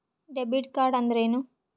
Debit ಕಾರ್ಡ್ಅಂದರೇನು?